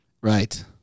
Right